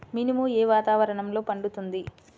మినుము ఏ వాతావరణంలో పండుతుంది?